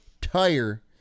tire